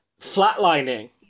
flatlining